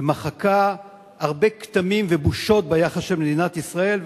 ומחקה הרבה כתמים ובושות ביחס של מדינת ישראל,